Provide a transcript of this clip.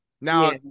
Now